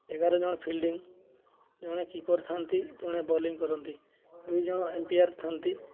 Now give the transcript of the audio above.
ଏଗାର ଜଣ ଫିଲ୍ଡିଂ ଜଣେ କିପର୍ ଥାଆନ୍ତି ଜଣେ ବୋଲିଂ କରନ୍ତି ଦୁଇ ଜଣ ଅମ୍ପାୟାର୍ ଥାଆନ୍ତି